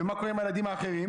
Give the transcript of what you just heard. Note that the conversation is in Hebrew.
ומה קורה עם הילדים האחרים?